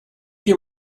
your